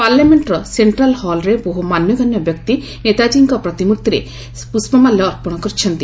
ପାର୍ଲାମେଣ୍ଟର ସେକ୍ଟ୍ରାଲ୍ ହଲ୍ରେ ବହୁ ମାନ୍ୟଗଣ୍ୟ ବ୍ୟକ୍ତି ନେତାଜୀଙ୍କ ପ୍ରତିମୂର୍ତ୍ତିରେ ପୁଷ୍ପମାଲ୍ୟ ଅର୍ପଣ କରିଛନ୍ତି